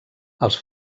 els